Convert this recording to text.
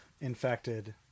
infected